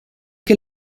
que